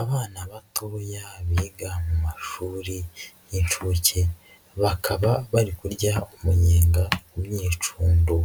Abana batoya biga mu mashuri y'inshke, bakaba bari kurya umunyenga mu myicundo,